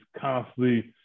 constantly